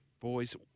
boys